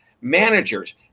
managers